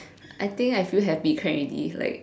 I think I feel happy can already like